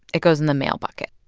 it goes in the male bucket.